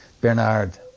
Bernard